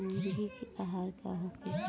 मुर्गी के आहार का होखे?